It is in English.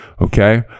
Okay